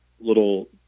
little